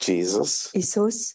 Jesus